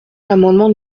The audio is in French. l’amendement